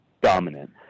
dominant